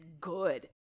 good